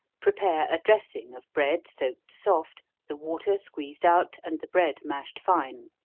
prepare a dressing of bread soaked soft, the water squeezed out, and the bread mashed fine,